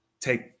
take